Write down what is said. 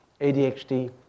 ADHD